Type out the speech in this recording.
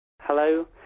Hello